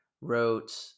wrote